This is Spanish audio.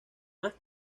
más